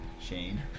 Shane